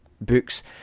books